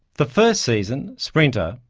the first season, sprinter,